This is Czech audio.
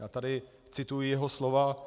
Já tady cituji jeho slova: